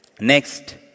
next